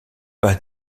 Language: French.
pas